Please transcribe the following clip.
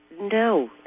No